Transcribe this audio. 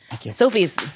Sophie's-